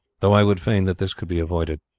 though i would fain that this could be avoided.